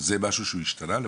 זה משהו שהשתנה?